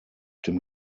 dem